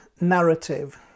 narrative